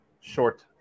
short